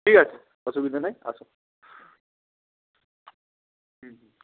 ঠিক আছে অসুবিধা নেই এসো হুম হুম